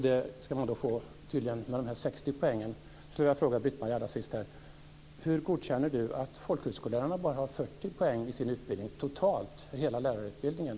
Det ska man tydligen få med de här 60 poängen. Får jag fråga: Hur godkänner Britt-Marie Danestig att folkhögskolelärarna bara har 40 poäng i sin utbildning totalt i hela lärarutbildningen?